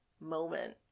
moment